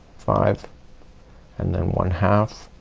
five and then one half